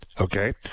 Okay